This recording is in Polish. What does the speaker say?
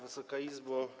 Wysoka Izbo!